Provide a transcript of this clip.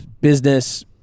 Business